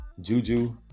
juju